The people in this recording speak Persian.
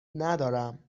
ندارم